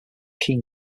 keen